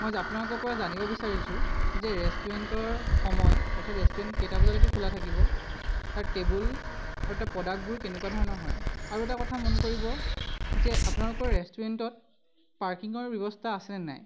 মই জা আপোনালোক পৰা জানিব বিচাৰিছোঁ যে ৰেষ্টুৰেণ্টৰ সময় অৰ্থাৎ ৰেষ্টুৰেণ্ট কেইটা বজালৈকে খোলা থাকিব তাৰ টেবুল আৰু তাৰ প্ৰডাক্টবোৰ কেনেকুৱা ধৰণৰ হয় আৰু এটা কথা মন কৰিব যে আপোনালোকৰ ৰেষ্টুৰেণ্টত পাৰ্কিঙৰ ব্যৱস্থা আছে নে নাই